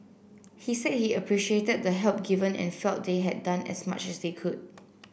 he said he appreciated the help given and felt they had done as much as they could